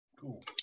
Cool